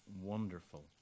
wonderful